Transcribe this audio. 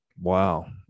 Wow